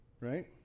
Right